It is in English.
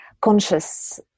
conscious